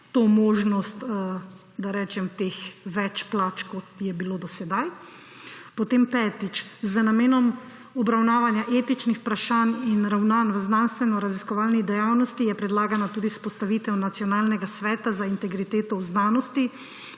to možnost, da rečem, teh več plač, kot je bilo do sedaj. Potem petič, z namenom obravnavanja etičnih vprašanj in ravnanj v znanstvenoraziskovalni dejavnosti je predlagana tudi vzpostavitev Nacionalnega sveta za integriteto v znanosti.